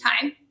time